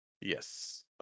Yes